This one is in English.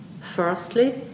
Firstly